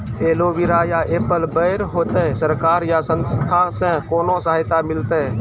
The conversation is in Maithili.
एलोवेरा या एप्पल बैर होते? सरकार या संस्था से कोनो सहायता मिलते?